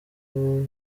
n’ibihugu